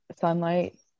sunlight